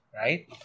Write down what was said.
right